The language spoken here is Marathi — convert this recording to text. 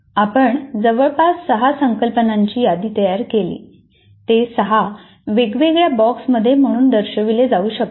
आपण जवळपास 6 संकल्पनांची यादी तयार केली ते 6 वेगवेगळ्या बॉक्स म्हणून दर्शविले जाऊ शकतात